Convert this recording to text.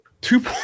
two